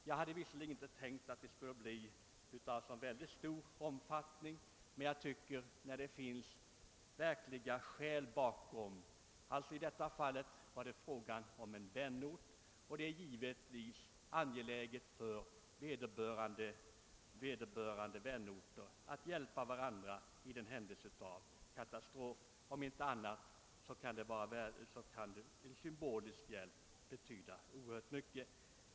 Jag hade visserligen inte avsett åtgärder av särskilt stor omfattning, men när man som i det här aktuella fallet kan peka på goda skäl för ett ingripande — det var ju fråga om vänorten, vilket kan göra katastrofhjälp särskilt angelägen — så tycker jag att hjälpmöjlighet borde föreligga. I varje fall kan även en symbolisk hjälp betyda oerhört mycket.